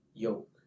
Yoke